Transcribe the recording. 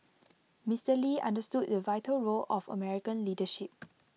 Mister lee understood the vital role of American leadership